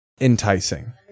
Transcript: enticing